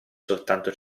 soltanto